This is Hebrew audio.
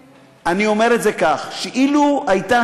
ואני אומר את זה כך: אילו הייתה,